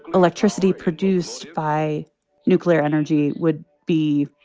electricity produced by nuclear energy would be,